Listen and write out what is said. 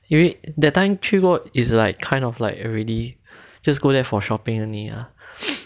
因为 that time 去过 is like kind of like already just go there for shopping only ah